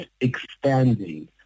expanding